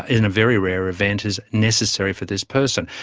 in a very rare event, as necessary for this person.